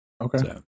Okay